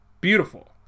beautiful